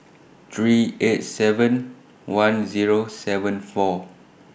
three eight seven eight one Zero seven four